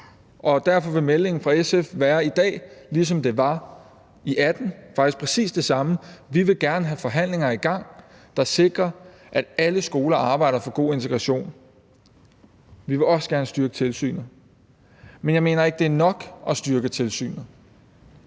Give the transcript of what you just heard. Og derfor vil meldingen fra SF i dag være, som den var i 2018 – det er faktisk præcis det samme: Vi vil gerne have forhandlinger i gang, der sikrer, at alle skoler arbejder for god integration, og vi vil også gerne styrke tilsynet. Men jeg mener ikke, det er nok at styrke tilsynet.